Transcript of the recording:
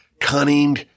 cunning